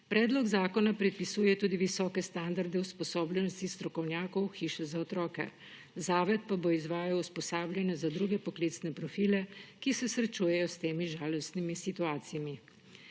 Predlog zakona predpisuje tudi visoke standarde usposobljenosti strokovnjakov hiše za otroke, zavod pa bo izvajal usposabljanje za druge poklicne profile, ki se srečujejo s temi žalostnimi situacijami.